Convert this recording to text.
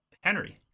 Henry